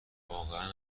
واقعا